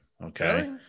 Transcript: Okay